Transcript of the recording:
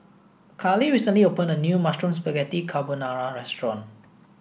Carlee recently opened a new Mushroom Spaghetti Carbonara restaurant